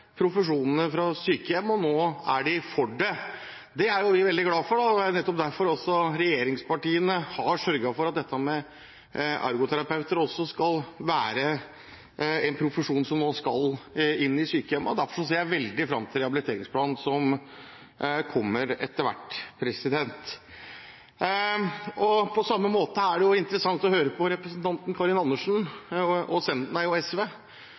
profesjonene fra sykehjem – og nå er de for det. Det er jo vi veldig glad for, det er nettopp derfor regjeringspartiene har sørget for at ergoterapeuter også skal være en profesjon som nå skal inn i sykehjemmene. Derfor ser jeg fram til rehabiliteringsplanen som kommer etter hvert. På samme måte er det interessant å høre på representanten Karin Andersen og